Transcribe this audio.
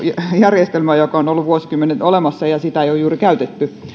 järjestelmä joka on ollut vuosikymmenet olemassa ja sitä ei ole juuri käytetty